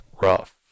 rough